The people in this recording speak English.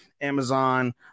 Amazon